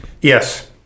Yes